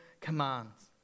commands